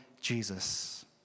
Jesus